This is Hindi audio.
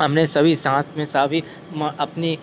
हमने सभी साथ में सभी अपनी